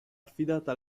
affidata